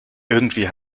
irgendwie